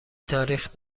تاریخ